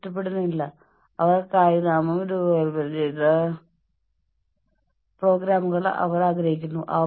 പക്ഷേ ഇവ ഈ അലങ്കോലങ്ങൾ ഇല്ലാതാക്കാൻ നിങ്ങളെ സഹായിക്കുന്ന വളരെ ലളിതമായ ടെക്നിക്കുകളാണ്